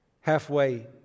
Halfway